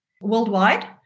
worldwide